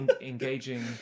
Engaging